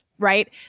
right